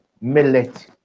millet